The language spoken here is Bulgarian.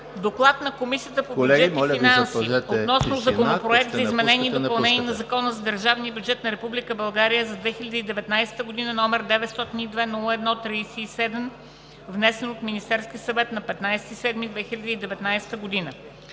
„ДОКЛАД на Комисията по бюджет и финанси относно Законопроект за изменение и допълнение на Закона за държавния бюджет на Република България за 2019 г., № 902-01-37, внесен от Министерския съвет на 15 юли 2019 г.